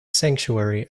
sanctuary